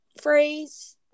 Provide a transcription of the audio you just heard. phrase